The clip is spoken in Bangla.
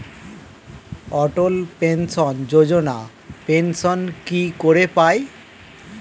অটল পেনশন যোজনা পেনশন কি করে পায়?